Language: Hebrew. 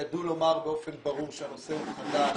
ידעו לומר באופן ברור שהנושא הוא חדש.